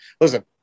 Listen